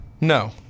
No